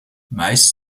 meist